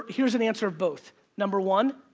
here's an answer of both number one,